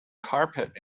carpet